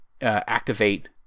activate